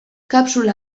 kapsula